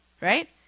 right